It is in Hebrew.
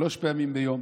שלוש פעמים ביום